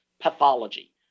pathology